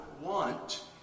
want